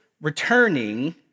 returning